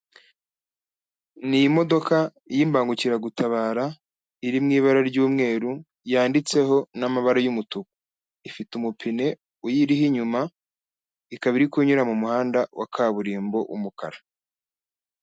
Ni imodoka y'imbangukiragutabara, iri mu ibara ry'umweru, yanditseho n'amabara y'umutuku, ifite umupine uyiriho inyuma, ikaba iri kunyura mu muhanda wa kaburimbo w'umukara.